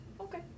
Okay